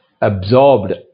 absorbed